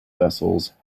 vessels